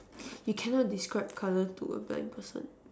you cannot describe colour to a blind person